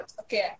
okay